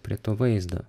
prie to vaizdo